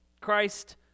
Christ